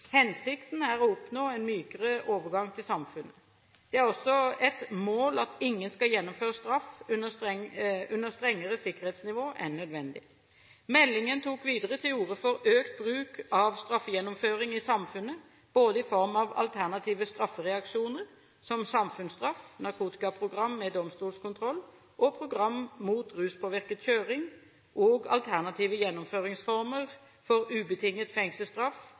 Hensikten er å oppnå en mykere overgang til samfunnet. Det er også et mål at ingen skal gjennomføre straff under strengere sikkerhetsnivå enn nødvendig. Meldingen tok videre til orde for økt bruk av straffegjennomføring i samfunnet, både i form av alternative straffereaksjoner som samfunnsstraff, Narkotikaprogram med domstolskontroll og program mot ruspåvirket kjøring og alternative gjennomføringsformer for ubetinget fengselsstraff,